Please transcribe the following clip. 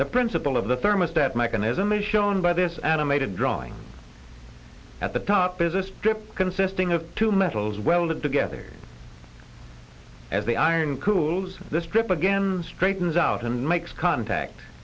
the principle of the thermostat mechanism is shown by this animated drawing at the top business trip consisting of two metals welded together as the iron cools the strip again straightens out and makes contact